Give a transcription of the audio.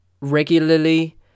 regularly